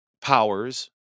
powers